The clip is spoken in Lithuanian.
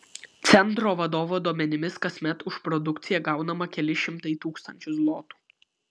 centro vadovo duomenimis kasmet už produkciją gaunama keli šimtai tūkstančių zlotų